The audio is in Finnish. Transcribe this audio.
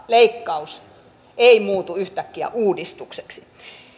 leikkaus ei muutu yhtäkkiä uudistukseksi